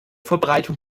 vorbereitung